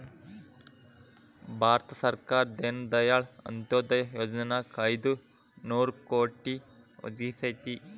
ಭಾರತ ಸರ್ಕಾರ ದೇನ ದಯಾಳ್ ಅಂತ್ಯೊದಯ ಯೊಜನಾಕ್ ಐದು ನೋರು ಕೋಟಿ ಒದಗಿಸೇತಿ